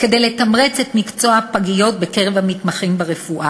כדי לתמרץ את מקצוע הפגיות בקרב המתמחים ברפואה.